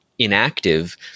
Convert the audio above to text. Inactive